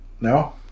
No